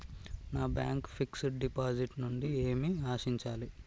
నా bank fixed deposit నుండి నేను ఏమి ఆశించాలి?